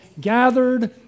gathered